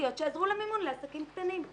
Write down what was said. ממשלתיות שעזרו במימון לעסקים קטנים.